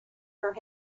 her